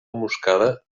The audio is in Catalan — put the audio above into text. moscada